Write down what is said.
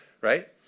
right